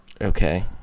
Okay